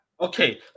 Okay